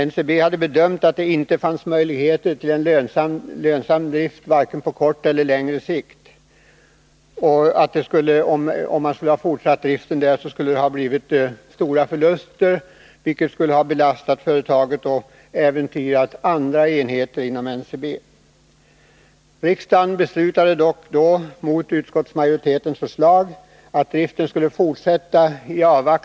NCB hade bedömt att det inte fanns möjlighet till lönsam drift, varken på kort eller längre sikt, och om man skulle ha fortsatt drift där skulle det ha blivit stora förluster, vilket skulle ha belastat företaget och äventyrat andra enheter inom NCB.